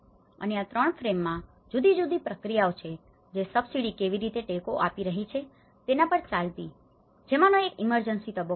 અને આ 3 ફેજમાં phase તબક્કા જુદી જુદી પ્રક્રિયાઓ છે જે સબસિડી કેવી રીતે ટેકો આપી રહી છે તેના પર ચાલતી હતી જેમાંનો એક ઇમરજન્સી તબક્કો છે